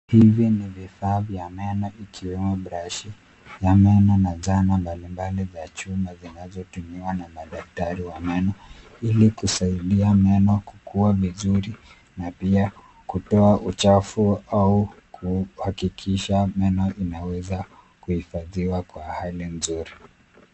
Hivi ni vifaa vya meno ikiwemo brashi ya meno na zana mbalimbali za chuma zinazotumiwa na madaktari wa meno ili kusaidia meno kukua vizuri na pia kutoa uchafu au kuhakikisha meno inaweza kuhifadhiwa kwa hali nzuri.